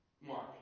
Mark